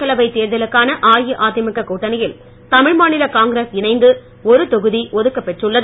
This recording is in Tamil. மக்களவைத் தேர்தலுக்கான அஇஅதிமுக கூட்டணியில் தமிழ்மாநில காங்கிரஸ் இணைந்து ஒரு தொகுதி ஒதுக்கப்பெற்றுள்ளது